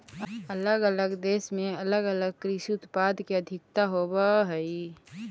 अलग अलग देश में अलग अलग कृषि उत्पाद के अधिकता होवऽ हई